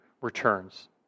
returns